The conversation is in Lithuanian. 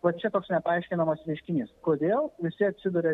va čia toks nepaaiškinamas reiškinys kodėl visi atsiduria